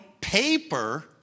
paper